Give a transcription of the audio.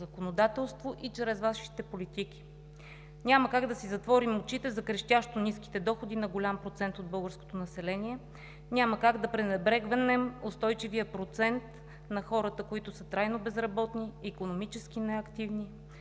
законодателство и чрез Вашите политики. Няма как да си затворим очите за крещящо ниските доходи на голям процент от българското население, няма как да пренебрегнем устойчивия процент на хората, които са трайно безработни, икономически неактивни,